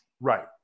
Right